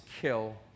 kill